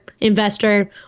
investor